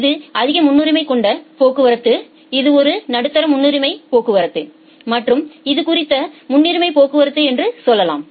இது அதிக முன்னுரிமை கொண்ட போக்குவரத்து இது ஒரு நடுத்தர முன்னுரிமை போக்குவரத்து மற்றும் இது குறைந்த முன்னுரிமை போக்குவரத்து என்று சொல்லலாம்